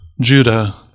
Judah